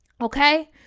Okay